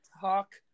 talk